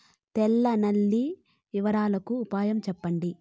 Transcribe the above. తెల్ల నల్లి నివారణకు ఉపాయం చెప్పండి?